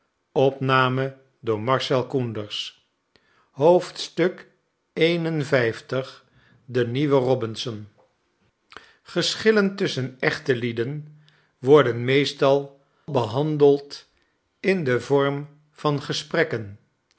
de nieuwe robinson geschillen tusschen echtelieden worden meestal behandeld in den vorm van gesprekken